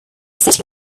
city